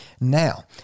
Now